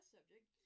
subject